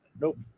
nope